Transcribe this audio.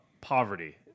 poverty